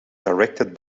directed